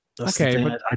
okay